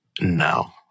no